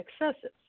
excesses